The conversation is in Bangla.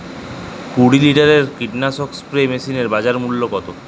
কুরি লিটারের কীটনাশক স্প্রে মেশিনের বাজার মূল্য কতো?